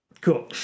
Cool